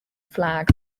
flag